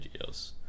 videos